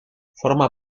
forma